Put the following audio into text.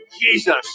Jesus